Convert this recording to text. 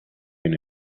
been